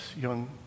young